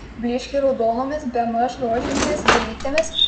blyškiai raudonomis bemaž rožinėmis gėlytėmis